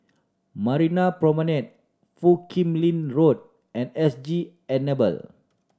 Marina Promenade Foo Kim Lin Road and S G Enable